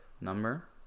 number